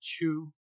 two